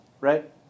Right